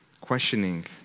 questioning